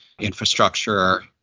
infrastructure